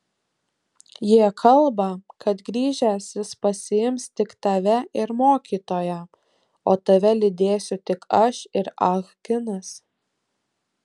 jie kalba kad grįžęs jis pasiims tik tave ir mokytoją o tave lydėsiu tik aš ir ah kinas